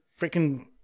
freaking